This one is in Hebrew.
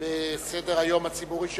על סדר-היום הציבורי שלנו.